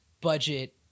budget